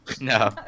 No